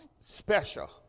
special